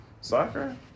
Soccer